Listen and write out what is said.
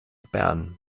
bern